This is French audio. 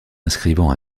inscrivant